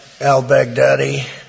al-Baghdadi